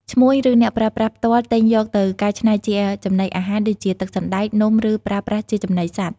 ឈ្មួញ ឬអ្នកប្រើប្រាស់ផ្ទាល់ទិញយកទៅកែច្នៃជាចំណីអាហារ ដូចជាទឹកសណ្ដែក នំ ឬប្រើប្រាស់ជាចំណីសត្វ។